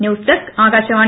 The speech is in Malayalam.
news desk Akashvani